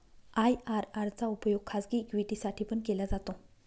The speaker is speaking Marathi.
आय.आर.आर चा उपयोग खाजगी इक्विटी साठी पण केला जातो